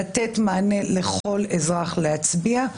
לתת מענה לכל אזרח להצביע,